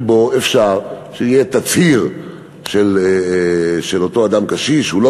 שאפשר שיהיה תצהיר של אותו אדם קשיש שהוא לא